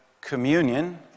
communion